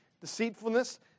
deceitfulness